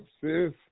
sis